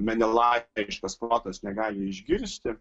menelajiškas protas negali išgirsti